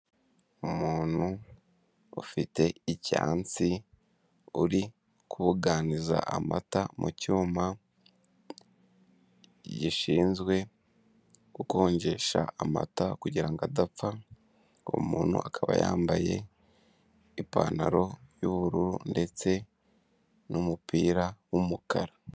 Umuntu ufite icyansi uri kubuganiza amata mu cyuma gishinzwe gukonjesha amata kugira ngo adapfa, uwo muntu akaba yambaye ipantaro y'ubururu ndetse n'umupira w'umukara.